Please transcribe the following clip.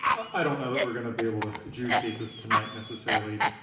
i don't know that we're gonna be able to adjudicate this tonight necessarily.